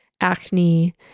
acne